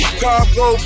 cargo